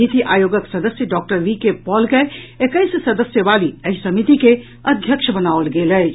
नीति आयोगक सदस्य डॉक्टर वी के पॉल के एकैस सदस्य वाली एहि समिति के अध्यक्ष बनाओल गेल अछि